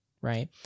right